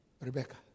Rebecca